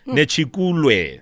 Nechikulwe